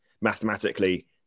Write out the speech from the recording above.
Mathematically